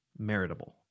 meritable